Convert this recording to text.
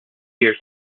years